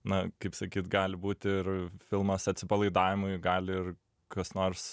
na kaip sakyt gali būt ir filmas atsipalaidavimui gali ir kas nors